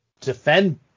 defend